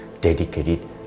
dedicated